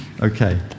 Okay